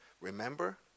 remember